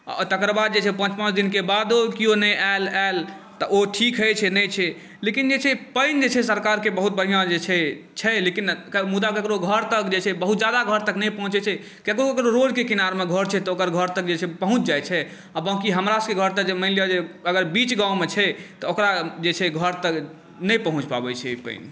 आ तकर बाद जे छै पाॅंच दिनके बादो केओ नहि आयल आयल तऽ ओ ठीक होइ छै नहि छै लेकिन जे छै पानि जे छै सरकारके बहुत बढ़िऑं जे छै लेकिन मुदा ककरो घर तक जे छै बहुत जादा घर तक नहि पहुँचै छै किए तऽ ककरो ककरो रोडके किनारमे घर छै तऽ ओकर घर तक जे छै पहुँच जाइ छै आ बाँकी हमरा सबके घर तक मानि लिअ जे अगर बीच गाँवमे छै तऽ ओकरा जे छै घर तक नहि पहुँच पाबै छै पानि